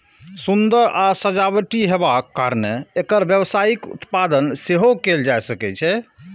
सुंदर आ सजावटी हेबाक कारणें एकर व्यावसायिक उत्पादन सेहो कैल जा सकै छै